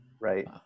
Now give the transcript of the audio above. right